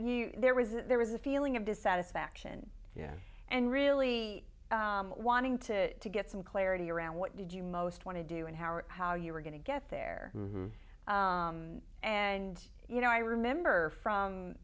you there was a there was a feeling of dissatisfaction and really wanting to to get some clarity around what did you most want to do and how or how you were going to get there and you know i remember from